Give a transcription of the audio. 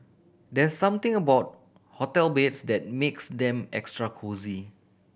there something about hotel beds that makes them extra cosy